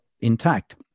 intact